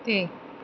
ਅਤੇ